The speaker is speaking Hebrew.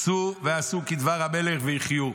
צאו ועשו כדבר המלך וחיו".